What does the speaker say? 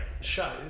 show